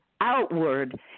outward